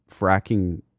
fracking